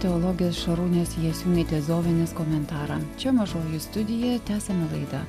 teologijos šarūnės jasiūnaitės zovinės komentarą čia mažoji studija tęsiame laidą